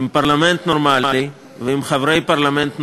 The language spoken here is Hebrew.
עם פרלמנט נורמלי ועם חברי פרלמנט נורמלים,